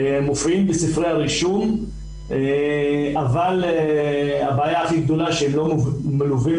מופיעים בספרי הרישוי אבל הבעיה הכי גדולה היא שהם לא מופיעים